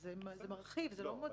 זה מרחיב, זה לא מצמצם.